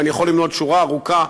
ואני יכול למנות שורה ארוכה,